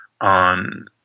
on